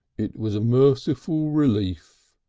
it was a merciful relief,